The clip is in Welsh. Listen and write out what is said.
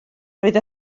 roedd